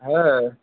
হ্যাঁ